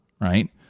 right